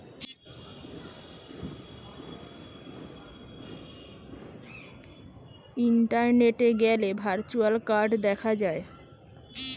ইন্টারনেটে গ্যালে virtual card দেখা যায়